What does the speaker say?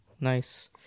Nice